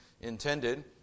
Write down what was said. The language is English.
intended